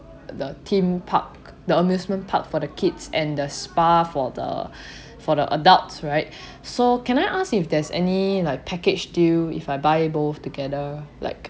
the theme park the amusement park for the kids and the spa for the for the adults right so can I ask if there's any like package deal if I buy both together like